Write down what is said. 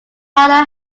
powder